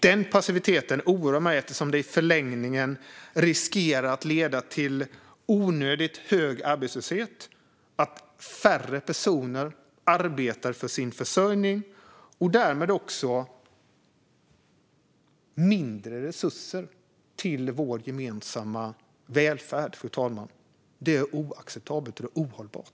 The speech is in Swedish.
Den passiviteten oroar mig eftersom den i förlängningen riskerar att leda till onödigt hög arbetslöshet och att färre personer arbetar för sin försörjning, och därmed också till mindre resurser till vår gemensamma välfärd, fru talman. Det är oacceptabelt och ohållbart.